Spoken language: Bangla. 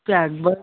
তুই একবার